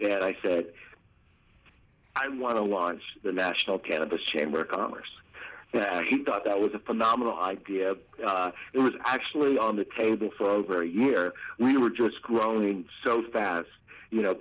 know i said i want to launch the national cannabis chamber of commerce he thought that was a phenomenal idea that was actually on the table for over a year we were just growing so fast you know